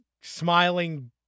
smiling